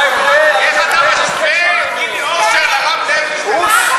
איך אתה משווה את גידי אורשר לרב לוינשטיין?